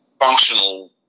functional